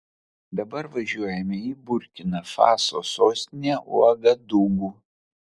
dabar važiuojame į burkina faso sostinę uagadugu